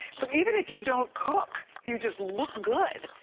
so even if you don't cook you just look good,